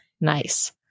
nice